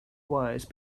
wise